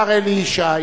לוועדה לקידום מעמד האשה.